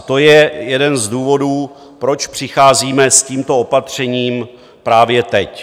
To je jeden z důvodů, proč přicházíme s tímto opatřením právě teď.